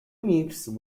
mixes